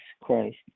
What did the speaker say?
Christ